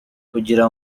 kugira